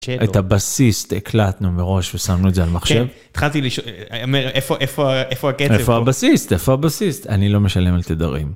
את הבסיסט הקלטנו מראש ושמנו את זה על המחשב. התחלתי לשאול, איפה הקצב? איפה הבסיסט? איפה הבסיסט? אני לא משלם על תדרים.